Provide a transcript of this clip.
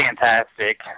fantastic